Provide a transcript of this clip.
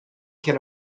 can